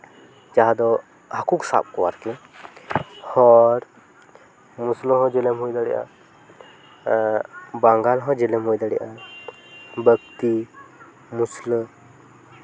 ᱡᱟᱦᱟᱸ ᱫᱚ ᱦᱟᱹᱠᱩ ᱠᱚ ᱥᱟᱵ ᱠᱚᱣᱟ ᱟᱨᱠᱤ ᱦᱚᱲ ᱢᱩᱥᱞᱟᱹ ᱦᱚᱸ ᱡᱮᱞᱮᱢ ᱦᱩᱭ ᱫᱟᱲᱮᱭᱟᱜᱼᱟ ᱵᱟᱝᱜᱟᱞ ᱦᱚᱸ ᱡᱮᱞᱮᱢ ᱦᱩᱭ ᱫᱟᱲᱮᱭᱟᱜᱼᱟ ᱵᱟᱹᱠᱛᱤ ᱢᱩᱥᱞᱟᱹ